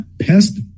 Pest